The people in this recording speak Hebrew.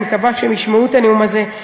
אני מקווה שהם ישמעו את הנאום הזה,